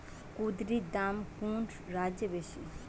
কুঁদরীর দাম কোন রাজ্যে বেশি?